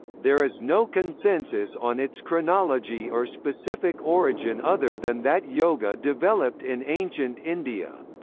there is no consensus on its chronology or specific origin other than that yoga developed in ancient india.